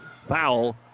foul